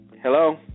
Hello